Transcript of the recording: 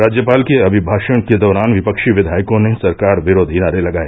राज्यपाल के अभिभाशण के दौरान विपक्षी विधायकों ने सरकार विरोधी नारे लगाए